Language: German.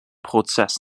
prozess